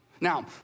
Now